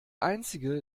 einzige